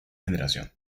generación